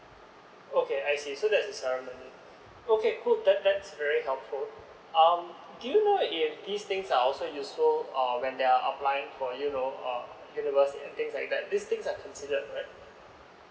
okay I see so there's a ceremony okay cool then that's very helpful um do you know if these things are also useful when they are applying for you know university and you know things like that this things are considered right